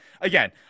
again